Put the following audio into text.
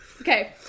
Okay